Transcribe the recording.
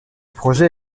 projet